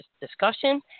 discussion